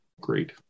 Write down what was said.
great